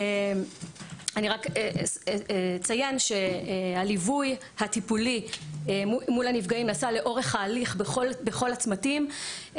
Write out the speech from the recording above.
אני רק אציין שהליווי הטיפולי מול הנפגעים נעשה לאורך ההליך בכל הצמתים,